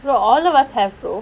true all of us have brother